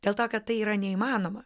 dėl to kad tai yra neįmanoma